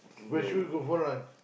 where should we go for lunch